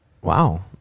Wow